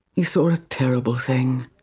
he saw a terrible thing,